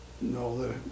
No